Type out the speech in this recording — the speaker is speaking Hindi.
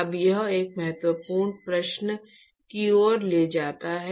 अब यह एक महत्वपूर्ण प्रश्न की ओर ले जाता है